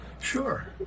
sure